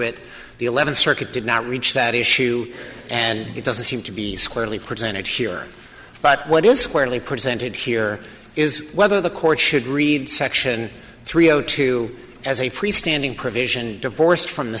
it the eleventh circuit did not reach that issue and it doesn't seem to be squarely presented here but what is squarely presented here is whether the court should read section three o two as a freestanding provision divorced from the